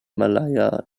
malaya